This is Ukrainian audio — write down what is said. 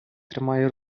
тримає